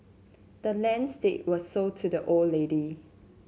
the land's deed was sold to the old lady